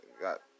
got